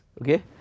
okay